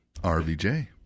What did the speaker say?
RVJ